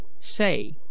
Say